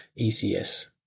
ECS